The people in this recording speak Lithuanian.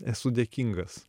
esu dėkingas